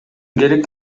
керек